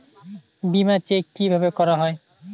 বিমা চেক কিভাবে করা হয়?